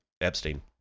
Epstein